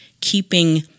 keeping